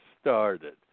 started